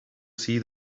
see